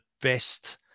best